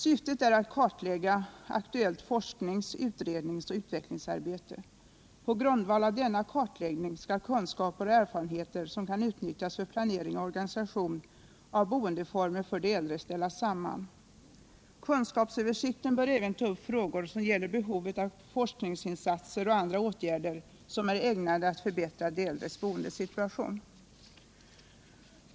Syftet är att kartlägga aktuellt forsknings-,utredningsoch utvecklingsarbete. På grundval av denna kartläggning skall kunskaper och erfarenheter, som kan utnyttjas för planering och organisation av boendeformer för de äldre, ställas samman. Kunskapsöversikten bör även ta upp frågor som gäller behovet av forskningsinsatser och andra åtgärder som är ägnade att förbättre de äldres boendesituation.